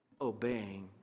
obeying